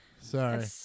Sorry